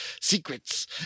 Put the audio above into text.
Secrets